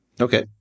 Okay